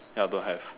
ya don't have